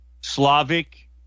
Slavic